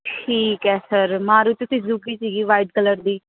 ਠੀਕ ਹੈ sir Maruti Suzuki ਸੀਗੀ ਵਾਈਟ ਕਲਰ ਦੀ